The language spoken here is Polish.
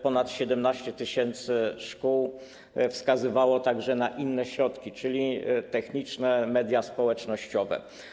Ponad 17 tys. szkół wskazywało także na inne środki, czyli techniczne, media społecznościowe.